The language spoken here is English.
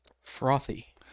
frothy